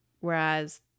whereas